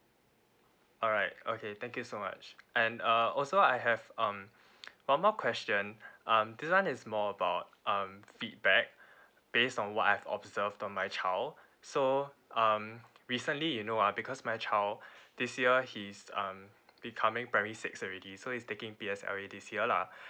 alright okay thank you so much and uh also I have um one more question um this one is more about um feedback based on what I've observed on my child so um recently you know ah because my child this year he's um becoming primary six already so he's taking P_S_L_E this year lah